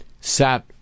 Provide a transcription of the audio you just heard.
sat